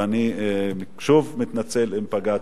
ואני שוב מתנצל אם פגעתי.